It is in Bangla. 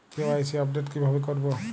কে.ওয়াই.সি আপডেট কিভাবে করবো?